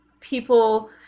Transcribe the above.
people